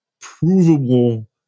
provable